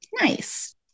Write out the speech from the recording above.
Nice